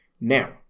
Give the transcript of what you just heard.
Now